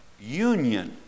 Union